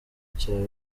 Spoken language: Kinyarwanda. cyawe